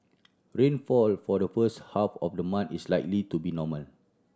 rainfall for the first half of the month is likely to be normal